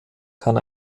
kann